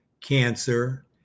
cancer